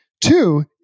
Two